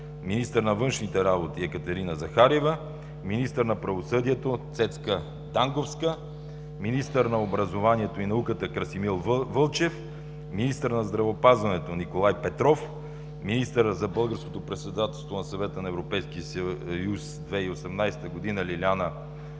министър на външните работи – Екатерина Захариева, министър на правосъдието – Цецка Данговска, министър на образованието и науката – Красимир Вълчев, министър на здравеопазването – Николай Петров, министър за българското председателство на Съвета на Европейския съюз – 2018 г. – Лиляна Павлова